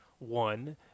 One